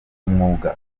umwuga